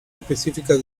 específicas